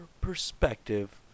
perspective